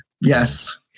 Yes